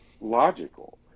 logical